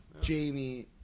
Jamie